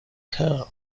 cold